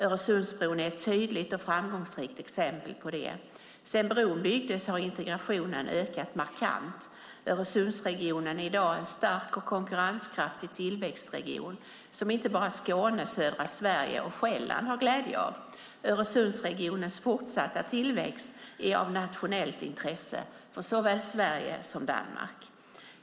Öresundsbron är ett tydligt och framgångsrikt exempel på det. Sedan bron byggdes har integrationen ökat markant. Öresundsregionen är i dag en stark och konkurrenskraftig tillväxtregion som inte bara Skåne, södra Sverige och Själland har glädje av. Öresundsregionens fortsatta tillväxt är av nationellt intresse för såväl Sverige som Danmark.